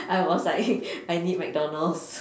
I was like I need McDonalds